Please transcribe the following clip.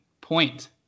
point